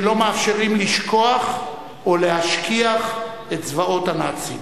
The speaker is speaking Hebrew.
שלא מאפשרים לשכוח או להשכיח את זוועות הנאצים.